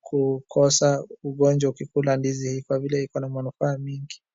kukosa ugonjwa ukikula ndizi hii kwa vile iko na manufaa mingi.